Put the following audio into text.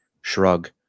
shrug